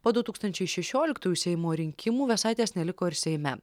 po du tūkstančiai šešioliktųjų seimo rinkimų vėsaitės neliko ir seime